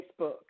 Facebook